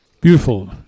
Beautiful